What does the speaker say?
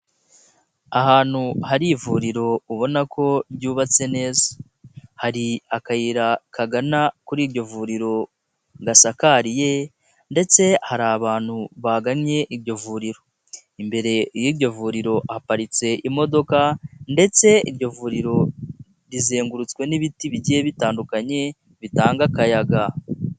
Ahantu hari ivuriro ubona ko ryubatse neza, hari akayira kagana kuri iryo vuriro gasakariye ndetse hari abantu bagannye iryo vuriro, imbere y'iryo vuriro haparitse imodoka ndetse iryo vuriro rizengurutswe n'ibiti bigiye bitandukanye bitanga akayaga.